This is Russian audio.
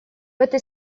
этой